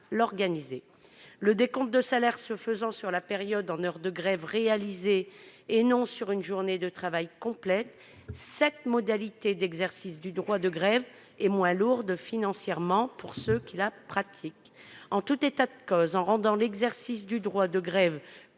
le service. Le décompte de salaire s'effectuant sur la période en heures de grève réalisées, et non sur une journée de travail complète, cette modalité d'exercice du droit de grève est moins lourde financièrement pour ceux qui y recourent. En tout état de cause, en rendant l'exercice du droit de grève